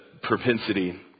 propensity